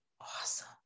awesome